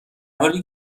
حالی